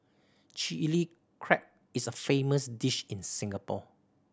Chilli Crab is a famous dish in Singapore